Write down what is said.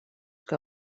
que